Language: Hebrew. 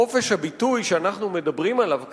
חופש הביטוי שאנחנו מדברים עליו כאן,